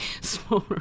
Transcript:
smaller